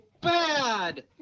bad